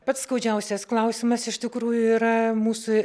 pats skaudžiausias klausimas iš tikrųjų yra mūsų